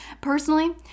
Personally